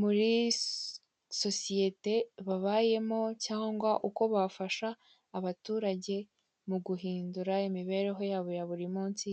muri sosiyete babayemo cyangwa uko bafasha abaturage muguhindura imibereho yabo ya buri munsi.